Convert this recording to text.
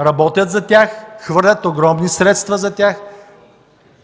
работят за тях, хвърлят огромни средства за тях,